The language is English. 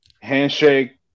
Handshake